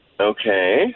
Okay